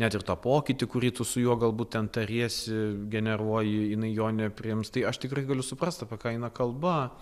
net ir tą pokytį kurį tu su juo galbūt ten tariesi generuoji jinai jo nepriims tai aš tikrai galiu suprast apie ką eina kalba